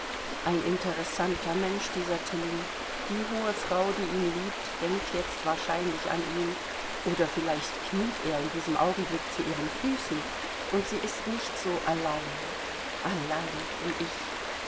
ein interessanter mensch dieser tilling die hohe frau die ihn liebt denkt jetzt wahrscheinlich an ihn oder vielleicht kniet er in diesem augenblick zu ihren füßen und sie ist nicht so allein allein wie ich